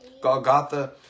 Golgotha